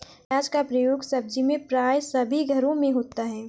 प्याज का प्रयोग सब्जी में प्राय सभी घरों में होता है